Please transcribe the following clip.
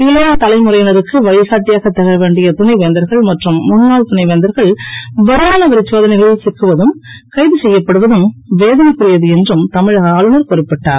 இளம் தலைமுறையினருக்கு வழிகாட்டியாகத் திகழ வேண்டிய துணை வேந்தர்கள் மற்றும் முன்னாள் துணை வேந்தர்கள் வருமான வரி சோதனைகளில் சிக்குவதும் கைது செய்யப்படுவதும் வேதனைக்குரியது என்றும் தமிழக ஆளுனர் குறிப்பிடடார்